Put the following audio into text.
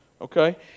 okay